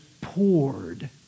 poured